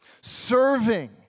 serving